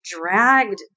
dragged